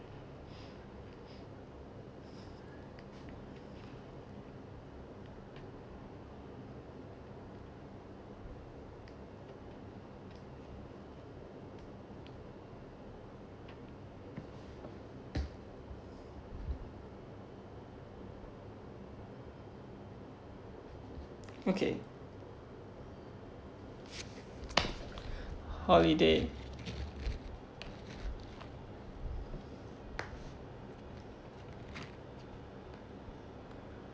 okay holiday